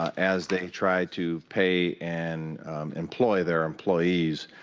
as they try to pay and employ their employees.